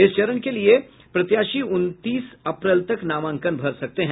इस चरण के लिये प्रत्याशी उनतीस अप्रैल तक नामांकन भर सकते हैं